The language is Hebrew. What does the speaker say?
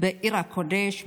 בעיר הקודש,